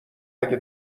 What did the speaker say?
اگه